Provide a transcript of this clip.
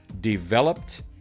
developed